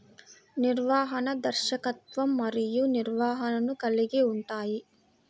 నిర్వహణ, దర్శకత్వం మరియు నిర్వహణను కలిగి ఉంటాయి